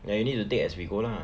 ya you need to take as we go lah